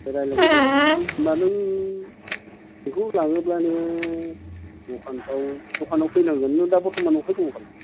रायज्लायनोसै होनबा नों बेखौ लांङोब्ला नोङो दखानआव फैनांगोन नों दा बर्त'मान बबेहाय दंफालाय